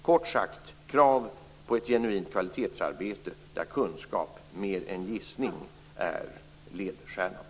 kort sagt: krav på ett genuint kvalitetsarbete där kunskap mer än gissning är ledstjärnan.